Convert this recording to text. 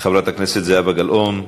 חברת הכנסת זהבה גלאון,